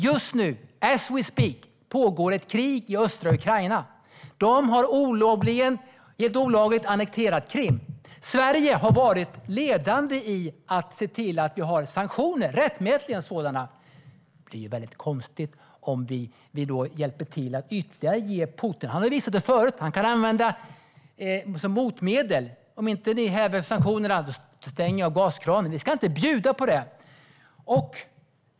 Just nu, as we speak, pågår ett krig i östra Ukraina. Ryssland har helt olagligt annekterat Krim. Sverige har varit ledande när det gäller att se till att vi har sanktioner, rättmätiga sådana. Det blir väldigt konstigt om vi då ska hjälpa Putin. Han har visat förut att han kan använda gasen som motmedel genom att säga: Om ni inte häver sanktionerna stänger jag gaskranen. Vi ska inte bjuda på det.